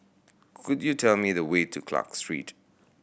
could you tell me the way to Clarke Street